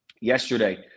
yesterday –